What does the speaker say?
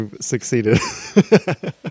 succeeded